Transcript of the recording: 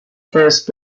case